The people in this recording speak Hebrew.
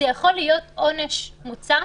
זה יכול להיות עונש מוצא,